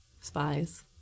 spies